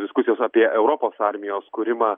diskusijos apie europos armijos kūrimą